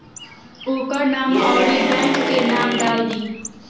ओकर नाम अउरी बैंक के नाम डाल दीं